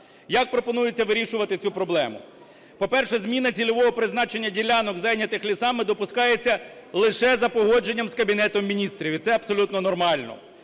Як пропонується вирішувати цю проблему? По-перше, зміна цільового призначення ділянок, зайнятих лісами, допускається лише за погодженням з Кабінетом Міністрів, і це абсолютно нормально.